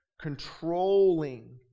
controlling